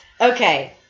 Okay